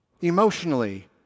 emotionally